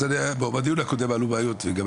אז בדיון הקודם עלו בעיות לגבי